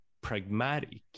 pragmatic